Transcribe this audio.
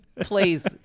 Please